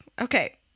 Okay